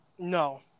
No